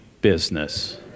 business